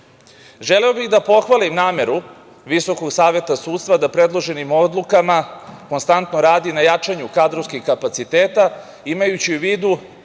bih da pohvalim nameru Visokog saveta sudstva da predloženim odlukama konstantno radi na jačanju kadrovskih kapaciteta, imajući u vidu